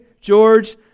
George